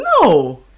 No